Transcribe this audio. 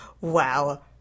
wow